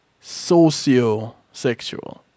sociosexual